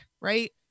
right